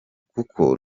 kuko